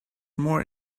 more